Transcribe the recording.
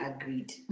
agreed